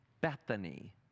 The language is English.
Bethany